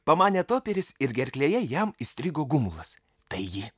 pamanė toperis ir gerklėje jam įstrigo gumulas tai ji